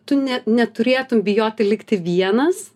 tu ne neturėtum bijoti likti vienas